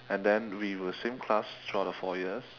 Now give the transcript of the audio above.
and then we were same class throughout the four years